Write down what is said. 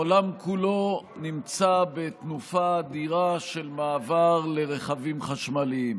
העולם כולו נמצא בתנופה אדירה של מעבר לרכבים חשמליים